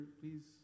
please